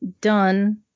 done